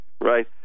Right